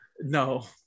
No